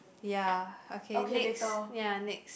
ya okay next ya next